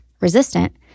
resistant